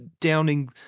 downing